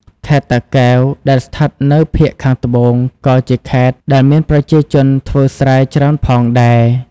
ខេត្តតាកែវ ដែលស្ថិតនៅភាគខាងត្បូងក៏ជាខេត្តដែលមានប្រជាជនធ្វើស្រែច្រើនផងដែរ។